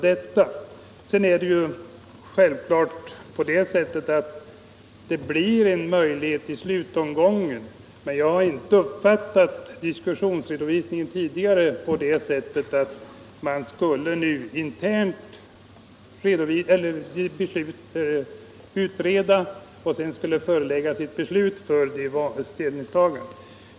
Naturligtvis får politikerna möjlighet att ta ställning i slutomgången, men jag har inte uppfattat diskussionsredovisningen tidigare på det sättet att man skulle utreda internt och sedan skulle vi föreläggas ett förslag för vårt ställningstagande.